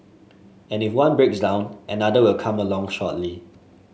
and if one breaks down another will come along shortly